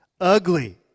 ugly